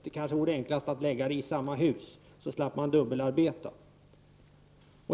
Det vore kanske enklast att lägga det i samma hus, så slapp man dubbelarbeta.